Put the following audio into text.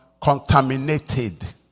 contaminated